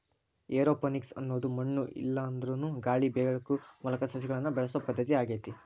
aeroponics ಅನ್ನೋದು ಮಣ್ಣು ಇಲ್ಲಾಂದ್ರನು ಗಾಳಿ ಬೆಳಕು ಮೂಲಕ ಸಸಿಗಳನ್ನ ಬೆಳಿಸೋ ಪದ್ಧತಿ ಆಗೇತಿ